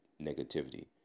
negativity